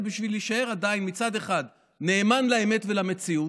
ובשביל להישאר עדיין מצד אחד נאמן לאמת ולמציאות,